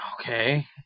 Okay